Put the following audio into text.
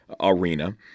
arena